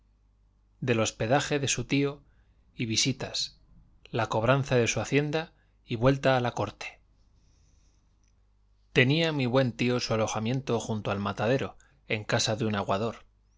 del hospedaje de su tío y visitas la cobranza de su hacienda y vuelta a la corte tenía mi buen tío su alojamiento junto al matadero en casa de un aguador